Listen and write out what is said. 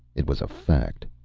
it was a fact,